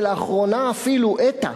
ולאחרונה אפילו ETA,